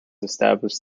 established